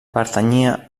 pertanyia